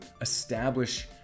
establish